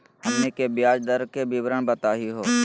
हमनी के ब्याज दर के विवरण बताही हो?